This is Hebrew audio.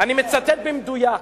אני מצטט במדויק.